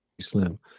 Slim